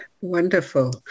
Wonderful